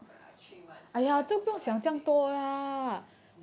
three months also like same